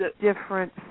different